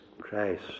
Christ